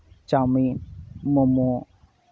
chowmein ᱢᱳᱢᱳ